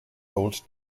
old